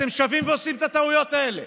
ואתם שבים ועושים את הטעויות האלה